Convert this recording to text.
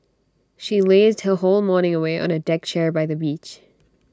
she lazed her whole morning away on A deck chair by the beach